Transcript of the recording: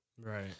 right